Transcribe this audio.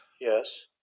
Yes